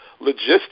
logistics